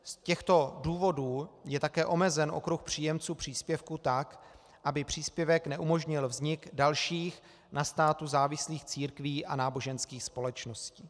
Z těchto důvodů je také omezen okruh příjemců příspěvku tak, aby příspěvek neumožnil vznik dalších na státu závislých církví a náboženských společností.